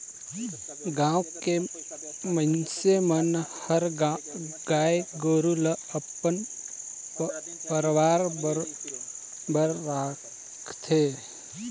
गाँव के मइनसे मन हर गाय गोरु ल अपन परवार बरोबर राखथे